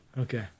Okay